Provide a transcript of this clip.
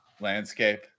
landscape